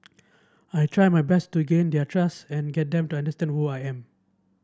I try my best to gain their trust and get them to understand who I am